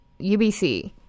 UBC